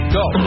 go